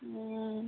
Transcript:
হুম